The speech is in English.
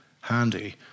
handy